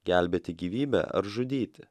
gelbėti gyvybę ar žudyti